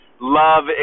Love